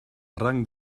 rang